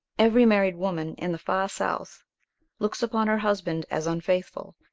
every married woman in the far south looks upon her husband as unfaithful,